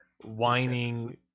Whining